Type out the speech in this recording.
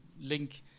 link